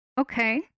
Okay